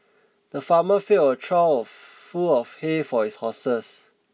the farmer filled a trough full of hay for his horses